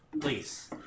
Please